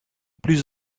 plus